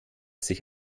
sich